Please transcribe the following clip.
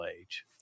age